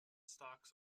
stocks